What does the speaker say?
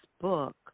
book